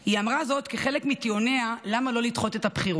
היא אמרה זאת כחלק מטיעוניה למה לא לדחות את הבחירות.